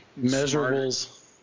measurables